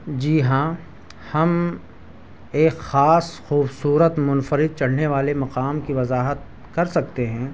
جی ہاں ہم ایک خاص خوبصورت منفرد چڑھنے والے مقام کی وضاحت کر سکتے ہیں